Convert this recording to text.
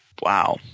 Wow